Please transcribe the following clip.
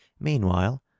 meanwhile